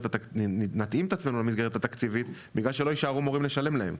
אנחנו נתאים את עצמנו למסגרת התקציבית בגלל שלא יישארו מורים לשלם להם,